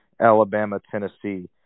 Alabama-Tennessee